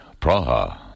Praha